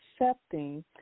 accepting